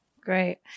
Great